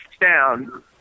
down